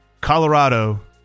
Colorado